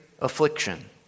affliction